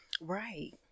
Right